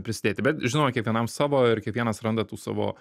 prisidėti bet žinoma kiekvienam savo ir kiekvienas randa tų savo